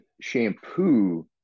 shampoo